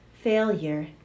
failure